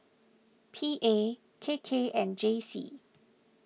P A K K and J C